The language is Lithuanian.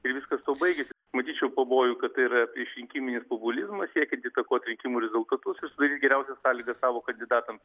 ir viskas baigėsi matyčiau pavojų kad tai yra priešrinkiminis populizmas siekiant įtakot rinkimų rezultatus ir sudaryt geriausias sąlygas savo kandidatams